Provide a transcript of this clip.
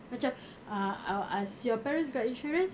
macam ah I'll ask your parents got insurance